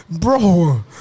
Bro